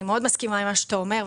אני מאוד מסכימה עם מה שאתה אומר,